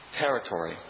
territory